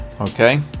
okay